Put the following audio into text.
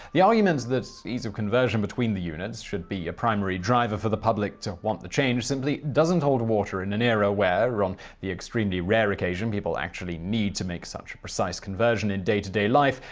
the argument that ease of conversion between units should be a primary driver for the public to want the change simply doesn't hold water in an era where, on the extremely rare occasion people actually need to make such a precise conversion in day to day life,